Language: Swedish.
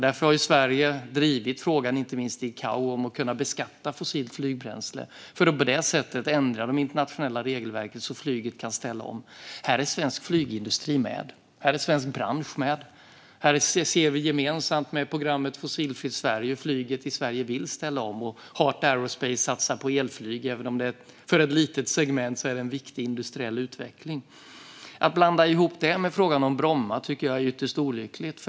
Därför har Sverige drivit frågan inte minst i ICAO om att kunna beskatta fossilt flygbränsle för att på det sättet ändra de internationella regelverken så att flyget kan ställa om. Här är svensk flygindustri med. Här är svensk bransch med. Vi har gemensamt programmet Fossilfritt Sverige och ser hur flyget i Sverige vill ställa om. Heart Aerospace satsar på elflyg; även om det är för ett litet segment är det en viktig industriell utveckling. Att blanda ihop det med frågan om Bromma tycker jag är ytterst olyckligt.